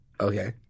Okay